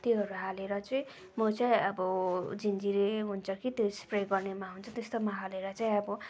त्योहरू हालेर चाहिँ म चाहिँ अब झिनझिरे हुन्छ कि त्यो स्प्रे गर्नेमा हुन्छ त्यस्तोमा हालेर चाहिँ अब